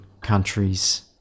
countries